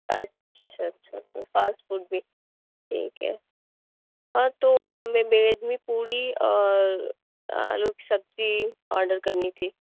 اچھا اچھا اچھا فاسٹ فوڈ بھی ٹھیک ہے ہاں تو ہمیں ویج میں پوڑی اور آلو کی سبزی آڈر کرنی تھی